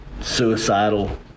suicidal